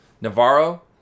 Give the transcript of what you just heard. Navarro